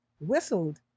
whistled